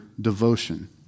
devotion